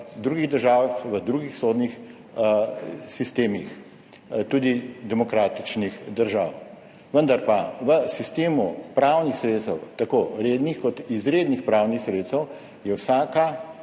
v drugih državah, v drugih sodnih sistemih tudi demokratičnih držav. Vendar pa je v sistemu pravnih sredstev, tako rednih kot izrednih pravnih sredstev, vsaka